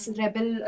rebel